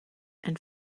and